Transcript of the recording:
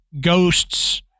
ghosts